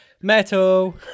metal